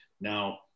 Now